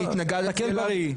אני התנגדתי לו.